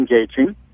engaging